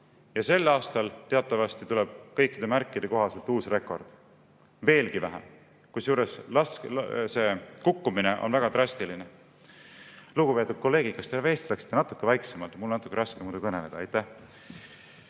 eelmisel aastal. Sel aastal tuleb kõikide märkide kohaselt uus rekord: veel vähem! Kusjuures see kukkumine on väga drastiline. Lugupeetud kolleegid, kas te vestleksite natuke vaiksemalt? Mul on natuke raske kõneleda. Aitäh!